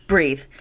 Breathe